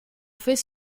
fait